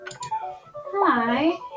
Hi